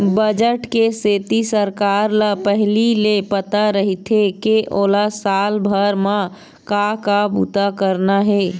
budget के सेती सरकार ल पहिली ले पता रहिथे के ओला साल भर म का का बूता करना हे